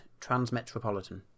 Transmetropolitan